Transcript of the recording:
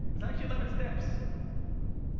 is actually eleven steps